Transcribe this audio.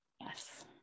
yes